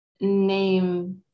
name